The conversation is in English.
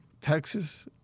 Texas